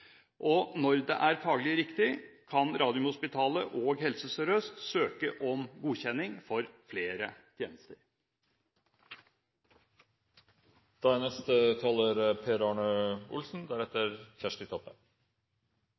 Når det er faglig riktig, kan Radiumhospitalet og Helse Sør-Øst også søke om godkjenning for flere